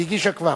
היא הגישה כבר?